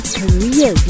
career